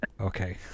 Okay